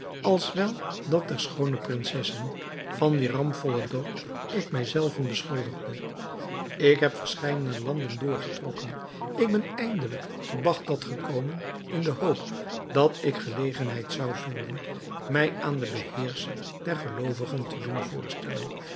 als wel dat der schoone prinsessen van wier rampvollen dood ik mij zelven beschuldigde ik heb verscheidene landen doorgetrokken en ben eindelijk te bagdad gekomen in de hoop dat ik gelegenheid zou vinden mij aan den beheerscher der geloovigen te doen voorstellen